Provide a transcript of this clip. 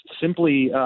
simply